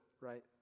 right